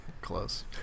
close